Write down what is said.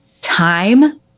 time